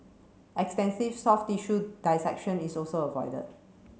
extensive soft tissue dissection is also avoided